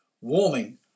Warming